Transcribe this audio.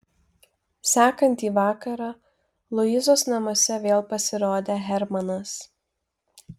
sekantį vakarą luizos namuose vėl pasirodė hermanas